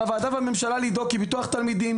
על הוועדה והממשלה לדאוג כי ביטוח תלמידים